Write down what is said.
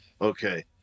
okay